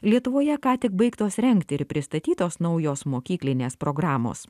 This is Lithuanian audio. lietuvoje ką tik baigtos rengti ir pristatytos naujos mokyklinės programos